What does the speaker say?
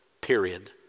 Period